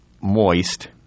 moist